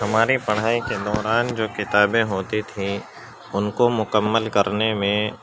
ہماری پڑھائی کے دوران جو کتابیں ہوتی تھیں ان کو مکمل کرنے میں